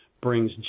brings